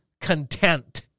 content